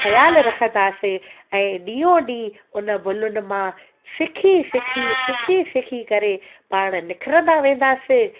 ख़्यालु रखंदासीं ऐं ॾींहों ॾींहुं उन भुलयुनि मां सिखी सिखी सिखी सिखी करे पाण निखरंदा वेंदासीं